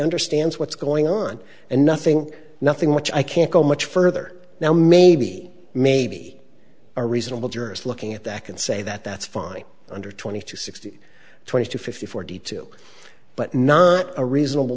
understands what's going on and nothing nothing which i can't go much further now maybe maybe a reasonable juror is looking at that can say that that's fine under twenty to sixty twenty to fifty forty two but not a reasonable